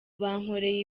bankoreye